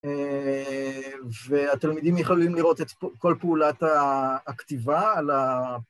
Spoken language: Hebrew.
והתלמידים יכולים לראות את כל פעולת הכתיבה על ה...